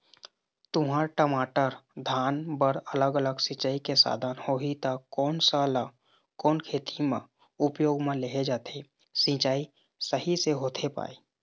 तुंहर, टमाटर, धान बर अलग अलग सिचाई के साधन होही ता कोन सा ला कोन खेती मा उपयोग मा लेहे जाथे, सिचाई सही से होथे पाए?